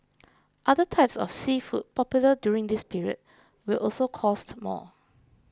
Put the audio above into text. other types of seafood popular during this period will also cost more